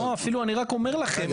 לא, אפילו אני רק אומר לכם.